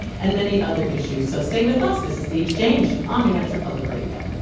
and many other issues. so stay with us, this is the exchange on new hampshire public radio.